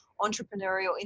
entrepreneurial